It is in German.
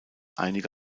einige